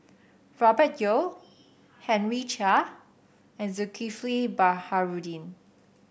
Robert Yeo Henry Chia and Zulkifli Baharudin